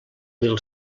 mil